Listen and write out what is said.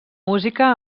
música